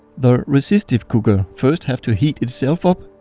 the resistive cooker first have to heat itself up.